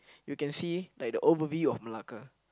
you can see like the overview of Malacca